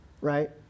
right